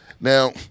Now